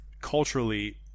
culturally